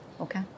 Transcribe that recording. Okay